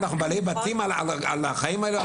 אנחנו בעלי בתים על החיים האלה,